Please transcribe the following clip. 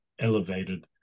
elevated